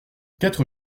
quatre